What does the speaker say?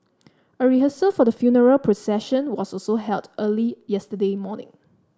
a rehearsal for the funeral procession was also held early yesterday morning